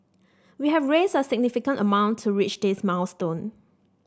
we have raised a significant amount to reach this milestone